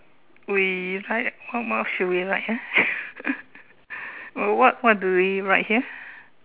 we write what what should we write ah uh what what do we write here